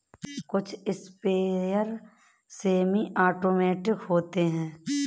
कुछ sprayer semi automatic होते हैं